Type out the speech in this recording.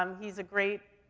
um he's a great,